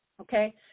Okay